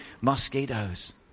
mosquitoes